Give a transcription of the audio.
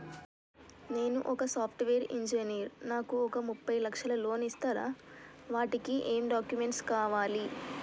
నేను ఒక software engineer నాకు ఒక ముప్పై లక్షల లోన్ ఇస్తరా? వాటికి ఏం డాక్యుమెంట్స్ కావాలి?